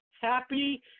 happy